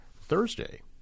Thursday